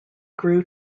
grew